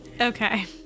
Okay